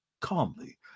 calmly